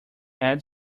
add